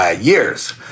years